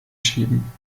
schieben